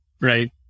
right